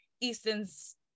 Easton's